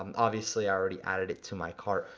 um obviously i already added it to my cart,